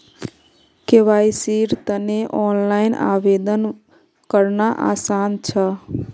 केवाईसीर तने ऑनलाइन आवेदन करना आसान छ